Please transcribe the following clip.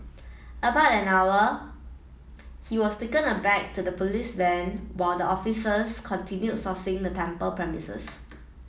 about an hour he was taken aback to the police van while the officers continued sourcing the temple premises